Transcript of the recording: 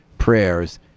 prayers